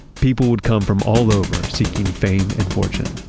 people would come from all over seeking fame and fortune.